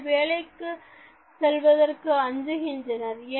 மக்கள் வேலைக்கு செல்வதற்கு அஞ்சுகின்றனர்